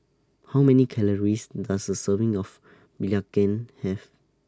How Many Calories Does A Serving of Belacan Have